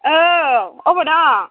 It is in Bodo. औ अबाव दङ